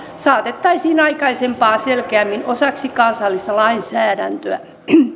saatettaisiin aikaisempaa selkeämmin osaksi kansallista lainsäädäntöä